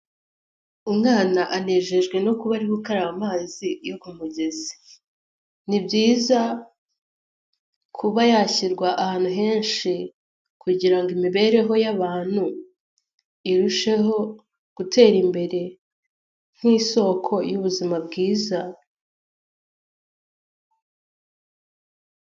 Umwana anejejwe no kuba ari gukaraba amazi yo ku mugezi ni byiza kuba yashyirwa ahantu henshi kugira ngo imibereho y'abantu irusheho gutera imbere nk'isoko y'ubuzima bwiza.